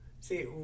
See